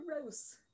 Gross